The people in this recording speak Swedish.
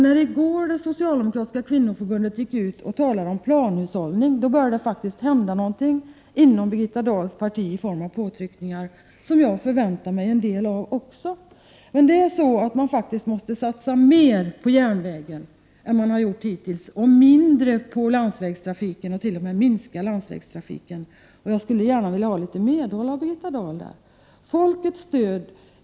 När i går det socialdemokratiska kvinnoförbundet gick ut och talade om planhushållning började det faktiskt hända någonting inom Birgitta Dahls parti i form av påtryckningar som jag förväntar mig en del av också. Men det är faktiskt så att man måste satsa mer på järnvägen än vad man har gjort hittills och mindre på landsvägstrafiken; man måste t.o.m. minska landsvägstrafiken. Jag skulle gärna vilja ha litet medhåll av Birgitta Dahl där.